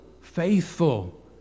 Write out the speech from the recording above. faithful